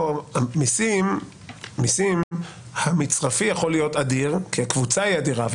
במיסים המצרפי יכול להיות אדיר כי הקבוצה אדירה,